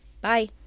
Bye